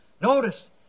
Notice